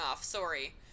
Sorry